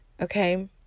okay